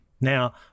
Now